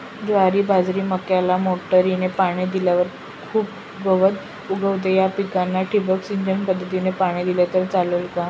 ज्वारी, बाजरी, मक्याला मोटरीने पाणी दिल्यावर खूप गवत उगवते, या पिकांना ठिबक सिंचन पद्धतीने पाणी दिले तर चालेल का?